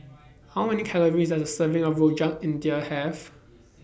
How Many Calories Does A Serving of Rojak India Have